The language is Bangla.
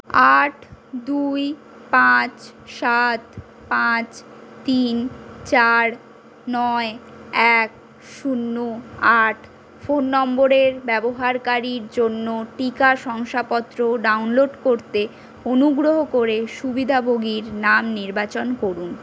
আট দুই পাঁচ সাত পাঁচ তিন চার নয় এক শূন্য আট ফোন নম্বরের ব্যবহারকারীর জন্য টিকা শংসাপত্র ডাউনলোড করতে অনুগ্রহ করে সুবিধাভোগীর নাম নির্বাচন করুন